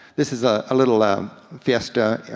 this is a little ah um fiesta,